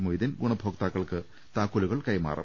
മൊയ്തീൻ ഗുണഭോക്താക്കൾക്ക് താക്കോലുകൾ കൈമാറും